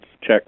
check